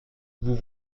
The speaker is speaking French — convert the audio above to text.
vous